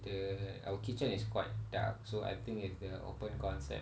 the our kitchen is quite dark so I think if the open concept